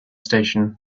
station